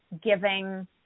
giving